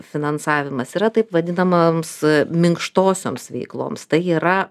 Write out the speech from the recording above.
finansavimas yra taip vadinamams minkštosioms veikloms tai yra